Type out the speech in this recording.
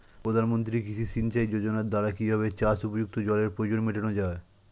প্রধানমন্ত্রী কৃষি সিঞ্চাই যোজনার দ্বারা কিভাবে চাষ উপযুক্ত জলের প্রয়োজন মেটানো য়ায়?